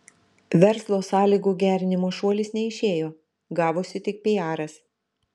verslo sąlygų gerinimo šuolis neišėjo gavosi tik piaras